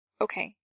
Okay